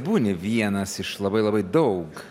būni vienas iš labai labai daug